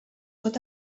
pot